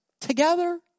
together